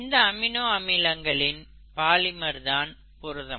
இந்த அமினோ அமிலங்களின் பாலிமர் தான் புரதம்